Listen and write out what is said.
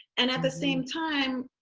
and at the same time,